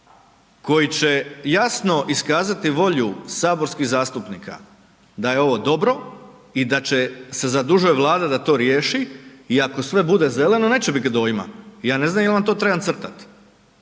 koji će jasno iskazati volju saborskih zastupnika da je ovo dobro i da se zadužuje Vlada da to riješi i ako sve bude zeleno, neće .../Govornik se ne razumije./... ja ne znam jel' vam to trebam crtat.